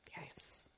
Yes